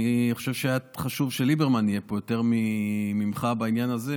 אני חושב שהיה חשוב שליברמן יהיה פה יותר ממך בעניין הזה.